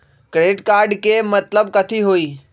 Credit card के मतलब कथी होई?